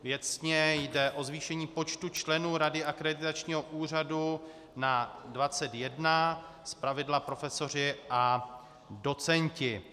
Věcně jde o zvýšení počtu členů rady akreditačního úřadu na 21, zpravidla profesoři a docenti.